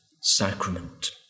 Sacrament